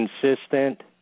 consistent